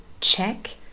check